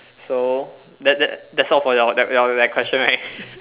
so that that that's all for your that your that question right